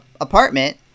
apartment